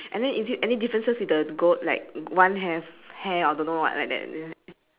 uh close to the bush right which the chickens are on do you have two goats